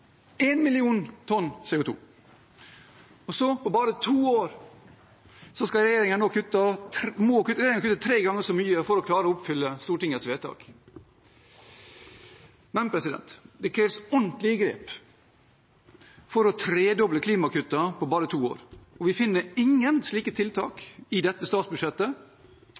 1 million tonn CO 2 . På bare to år må regjeringen kutte tre ganger så mye for å klare å oppfylle Stortingets vedtak. Men det kreves ordentlige grep for å tredoble klimakuttene på bare to år, og vi finner ingen slike tiltak i dette statsbudsjettet.